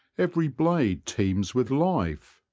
every blade teems with life,